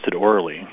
orally